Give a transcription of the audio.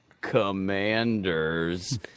Commanders